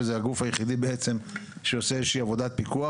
וזה הגוף היחיד בעצם שעושה איזושהי עבודת פיקוח.